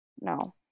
No